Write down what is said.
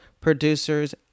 producers